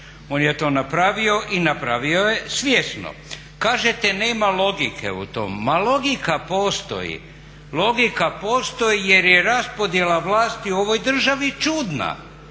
On je to napravio i napravio je svjesno. Kažete nema logike u tom. Ma logika postoji, jer je raspodjela vlasti u ovoj državi čudna.